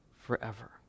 forever